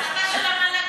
זו החלטה של המל"ג.